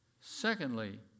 Secondly